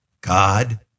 God